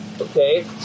Okay